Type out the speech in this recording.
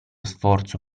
sforzo